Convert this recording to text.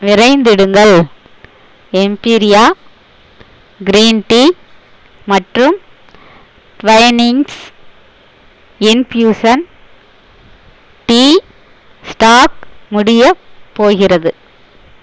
விரைந்திடுங்கள் Empiria green tea மற்றும் Twinings infusion tea stock முடியப் போகிறது